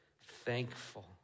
thankful